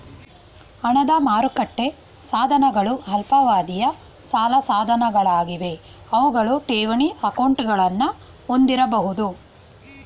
ಹಣದ ಮಾರುಕಟ್ಟೆ ಸಾಧನಗಳು ಅಲ್ಪಾವಧಿಯ ಸಾಲ ಸಾಧನಗಳಾಗಿವೆ ಅವುಗಳು ಠೇವಣಿ ಅಕೌಂಟ್ಗಳನ್ನ ಹೊಂದಿರಬಹುದು